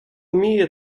вміє